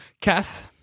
Kath